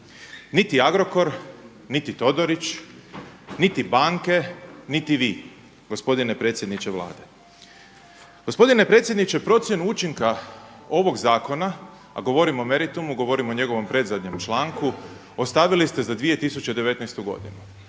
niti Agrokor, niti Todorić, niti banke, niti vi gospodine predsjedniče Vlade. Gospodine predsjedniče procjenu učinka ovog zakona, a govorimo o meritumu, govorimo o njegovom predzadnjem članku, ostavili ste za 2019. godinu,